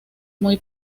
muy